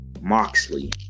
Moxley